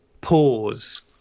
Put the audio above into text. pause